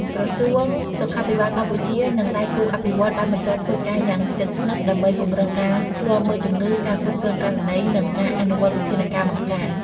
ក្រសួងសុខាភិបាលកម្ពុជា និងដៃគូអភិវឌ្ឍន៍បានបន្តធ្វើការយ៉ាងជិតស្និទ្ធ ដើម្បីពង្រឹងការឃ្លាំមើលជំងឺ ការគ្រប់គ្រងករណី និងការអនុវត្តវិធានការបង្ការ។